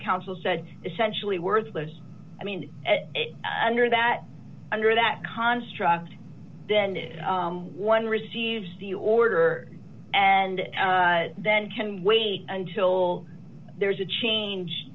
counsel said essentially worthless i mean under that under that construct then one receives the order and then can wait until there's a change